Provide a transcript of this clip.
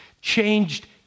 changed